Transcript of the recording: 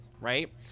right